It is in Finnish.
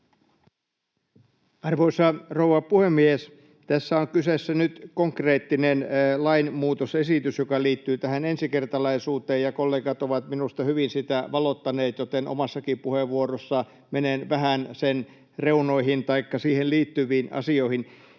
Arvoisa rouva puhemies! Tässä on kyseessä nyt konkreettinen lainmuutosesitys, joka liittyy tähän ensikertalaisuuteen. Kollegat ovat minusta hyvin sitä valottaneet, joten omassakin puheenvuorossa menen vähän sen reunoihin taikka siihen liittyviin asioihin.